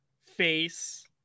face